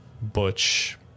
Butch